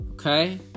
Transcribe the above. Okay